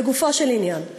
לגופו של עניין,